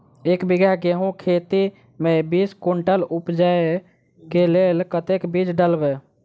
एक बीघा गेंहूँ खेती मे बीस कुनटल उपजाबै केँ लेल कतेक बीज डालबै?